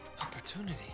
Opportunity